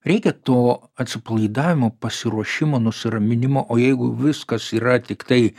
reikia to atsipalaidavimo pasiruošimo nusiraminimo o jeigu viskas yra tiktai